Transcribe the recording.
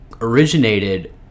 originated